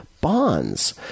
Bonds